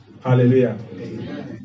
Hallelujah